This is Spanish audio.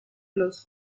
los